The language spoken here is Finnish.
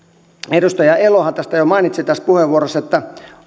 edustaja elohan tästä jo mainitsi tässä puheenvuorossaan että